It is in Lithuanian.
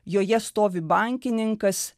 joje stovi bankininkas